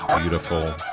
Beautiful